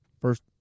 First